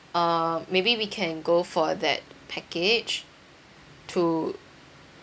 uh maybe we can go for that package to